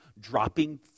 dropping